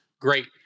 Great